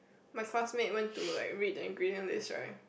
my classmate went to like read the ingredient list right